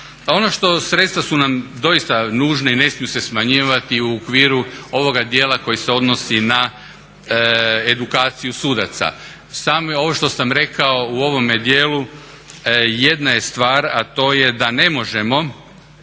Ono što sredstva su nam doista nužna i ne smiju se smanjivati u okviru ovoga dijela koji se odnosi na edukaciju sudaca. Ovo što sam rekao u ovome dijelu jedna je stvar, a to je da ne možemo